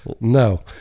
no